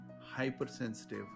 hypersensitive